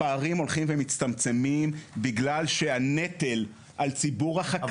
הפערים הולכים ומצטמצמים בגלל שהנטל על ציבור החקלאים --- אבל